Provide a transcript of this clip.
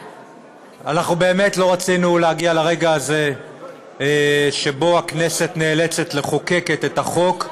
אנחנו באמת לא רצינו להגיע לרגע הזה שבו הכנסת נאלצת לחוקק את החוק,